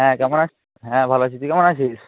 হ্যাঁ কেমন হ্যাঁ ভালো আছি তুই কেমন আছিস